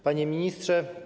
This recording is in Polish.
Panie Ministrze!